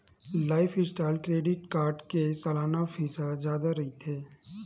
lifestyle credit card के सलाना fees ह जादा रहिथे